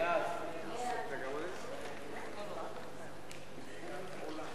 חוק ביטוח בריאות ממלכתי